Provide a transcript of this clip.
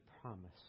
promise